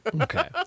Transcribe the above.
Okay